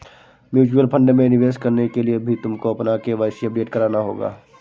mutual fund में निवेश करने के लिए भी तुमको अपना के.वाई.सी अपडेट कराना होगा